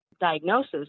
diagnosis